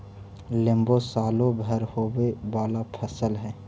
लेम्बो सालो भर होवे वाला फसल हइ